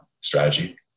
strategy